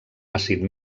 àcid